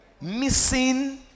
missing